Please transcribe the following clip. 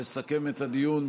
לסכם את הדיון.